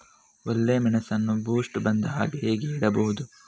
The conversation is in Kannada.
ಒಳ್ಳೆಮೆಣಸನ್ನು ಬೂಸ್ಟ್ ಬರ್ದಹಾಗೆ ಹೇಗೆ ಇಡಬಹುದು?